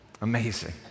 Amazing